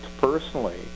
personally